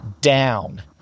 down